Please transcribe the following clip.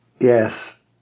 yes